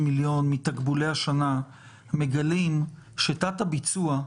מיליון מתקבולי השנה מגלים שתת הביצוע,